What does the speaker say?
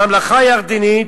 הממלכה הירדנית,